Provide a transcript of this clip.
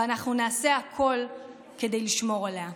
ואנחנו נעשה הכול כדי לשמור עליה.